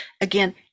again